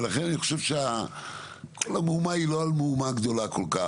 ולכן אני חושב שכל המהומה היא לא על מהומה גדולה כל כך.